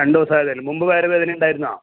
രണ്ടു ദിവസം ആയതേ ഉള്ളൂ മുമ്പ് വയറ് വേദന ഉണ്ടായിരുന്നോ